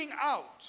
out